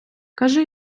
кажи